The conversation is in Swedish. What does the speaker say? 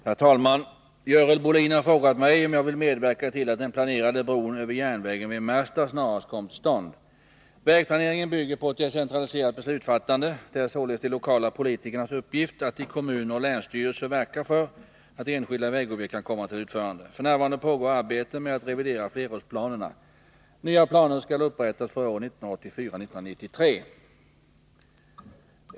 Herr talman! Görel Bohlin har frågat mig om jag vill medverka till att den planerade bron över järnvägen vid Märsta snarast kommer till stånd. Vägplaneringen bygger på ett decentraliserat beslutsfattande. Det är således de lokala politikernas uppgift att i kommuner och länsstyrelser verka för att enskilda vägobjekt kan komma till utförande. F. n. pågår arbete med att revidera flerårsplanerna. Nya planer skall upprättas för åren 1984— 1993.